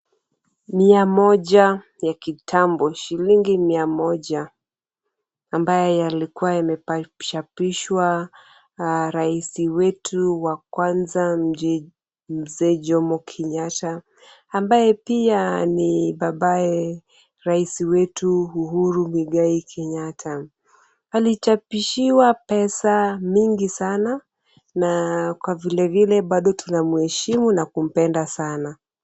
Mia moja ya kitambo, shillingi mia moja ambaye yalikuwa yamechapishwa rais wetu wa kwanza Mzee Jomo Kenyatta, ambaye pia ni babaye rais wetu Uhuru Muigai Kenyatta. Alichapishiwa pesa mingi sana na kwa vilevile bado tunamheshimu na kumpenda sana.